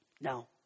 No